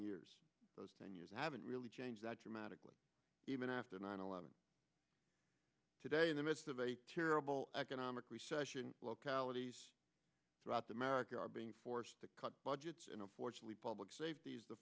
those ten years haven't really changed that dramatically even after nine eleven today in the midst of a terrible economic recession localities throughout the america are being forced to cut budgets and unfortunately public safety is the